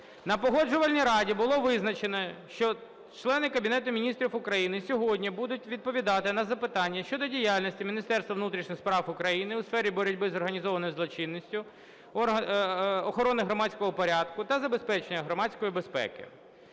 На Погоджувальній раді було визначено, що члени Кабінету Міністрів України сьогодні будуть відповідати на запитання щодо діяльності Міністерства внутрішніх справ України у сфері боротьби з організованою злочинністю, охорони громадського порядку та забезпечення громадської безпеки.